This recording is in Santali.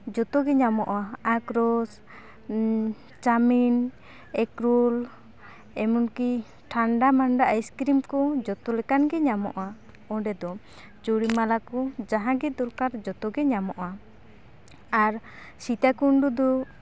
ᱡᱚᱛᱚ ᱜᱮ ᱧᱟᱢᱚᱜᱼᱟ ᱟᱠᱷᱨᱚᱥ ᱪᱟᱣᱢᱤᱱ ᱮᱜᱽᱨᱳᱞ ᱮᱢᱚᱱᱠᱤ ᱴᱷᱟᱱᱰᱟ ᱢᱟᱱᱰᱟ ᱟᱭᱤᱥᱠᱨᱤᱢ ᱠᱚ ᱡᱚᱛᱚ ᱞᱮᱠᱟᱱ ᱜᱮ ᱧᱟᱢᱚᱜᱼᱟ ᱚᱸᱰᱮ ᱫᱚ ᱪᱩᱲᱤᱢᱟᱞᱟ ᱠᱚ ᱡᱟᱦᱟᱸ ᱜᱮ ᱫᱚᱨᱠᱟᱨ ᱡᱚᱛᱚᱜᱮ ᱧᱟᱢᱚᱜᱼᱟ ᱟᱨ ᱥᱤᱛᱟᱠᱩᱱᱰᱩ ᱫᱚ